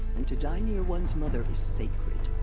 and to die near one's mother is sacred.